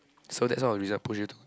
so that's one of the reason push you to